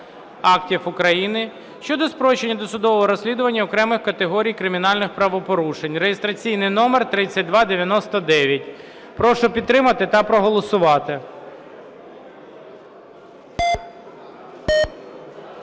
актів України щодо спрощення досудового розслідування окремих категорій кримінальних правопорушень" (реєстраційний номер 3299). Прошу підтримати та проголосувати.